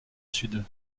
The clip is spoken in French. sud